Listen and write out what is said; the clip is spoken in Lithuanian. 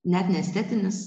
net ne estetinis